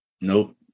Nope